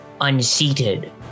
unseated